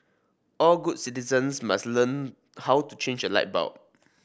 all good citizens must learn how to change a light bulb